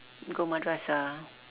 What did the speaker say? go madrasah